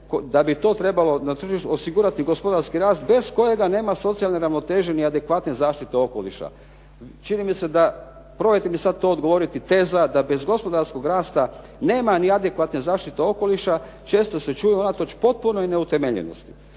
da bi to trebalo na tržištu osigurati gospodarski rast bez kojega nema socijalne ravnoteže ni adekvatne zaštite okoliša. Čini mi se da, probajte mi sad to odgovoriti, teza da bez gospodarskog rasta nema ni adekvatne zaštite okoliša, često se čuje, unatoč potpunoj neutemeljenosti.